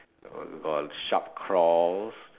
got sharp claws